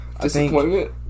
Disappointment